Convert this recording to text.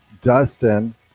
dustin